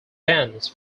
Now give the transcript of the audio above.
vance